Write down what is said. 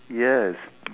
yes